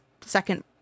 second